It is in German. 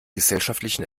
gesellschaftlichen